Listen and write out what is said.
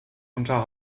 unter